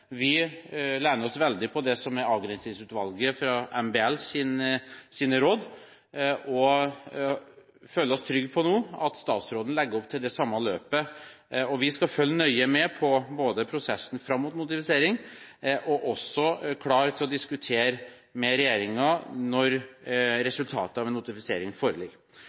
Vi lener oss veldig på det som er rådene fra Avgrensningsutvalget til MBL, og føler oss trygge på nå at statsråden legger opp til det samme løpet. Vi skal følge nøye med på prosessen fram mot notifisering og er også klare til å diskutere med regjeringen når resultatet av en notifisering foreligger.